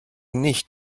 nicht